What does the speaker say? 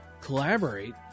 collaborate